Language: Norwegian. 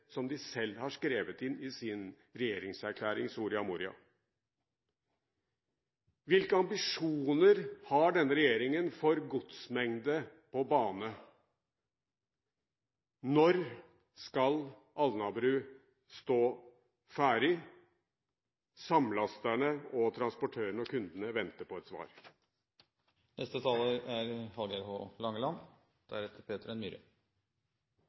som de selv har skrevet inn i sin regjeringserklæring, Soria Moria-erklæringen? Hvilke ambisjoner har denne regjeringen for godsmengde på bane? Når skal Alnabru stå ferdig? Samlasterne, transportørene og kundene venter på et svar. La meg starta med at noko av problemet når det gjeld jernbane, er